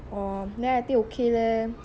oh then I think okay leh